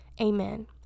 amen